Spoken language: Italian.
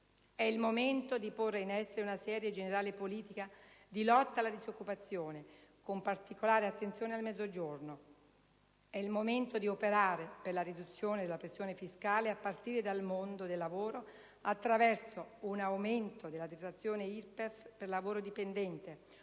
È il momento di porre in essere una seria e generale politica di lotta alla disoccupazione, con particolare attenzione al Mezzogiorno. È il momento di operare per la riduzione della pressione fiscale, a partire dal mondo del lavoro, attraverso un aumento della detrazione IRPEF per lavoro dipendente,